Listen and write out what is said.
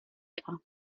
dar